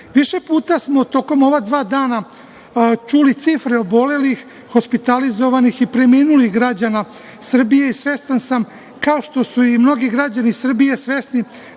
puta smo tokom ova dva dana čuli cifre obolelih, hospitalizovanih i preminulih građana Srbije i svestan sam, kao što su i mnogi građani Srbije svesni